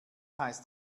heißt